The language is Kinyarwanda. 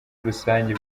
rusange